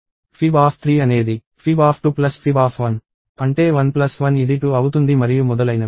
fib3 అనేది fib2fib1 అంటే 11 ఇది 2 అవుతుంది మరియు మొదలైనవి